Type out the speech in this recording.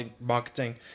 marketing